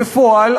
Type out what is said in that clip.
בפועל,